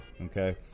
okay